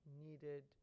needed